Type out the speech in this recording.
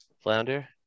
flounder